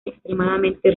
extremadamente